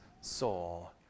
soul